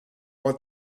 want